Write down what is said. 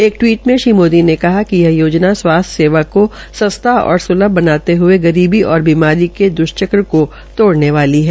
एक टिवीट में श्री मोदी ने कहा िक यह योजना स्वास्थ्य सेवा को सस्ता और सुलभ बनाते हये गरीबी और बीमारी के द्वष्चक्र को तोड़ने वाली है